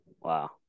Wow